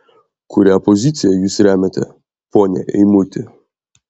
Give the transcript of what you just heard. kurią poziciją jūs remiate pone eimuti